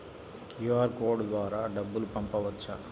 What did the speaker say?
QR code ద్వారా డబ్బులు పంపవచ్చా?